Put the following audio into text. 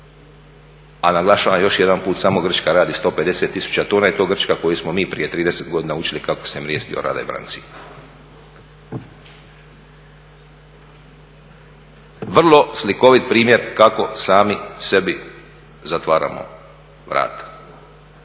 a naglašavam još jedanput, samo Grčka radi 150 tisuća tona i to Grčka koju smo mi prije 30 godina učili kako se … orada i brancin. Vrlo slikovit primjer kako sami sebi zatvaramo vrata.